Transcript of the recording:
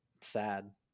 sad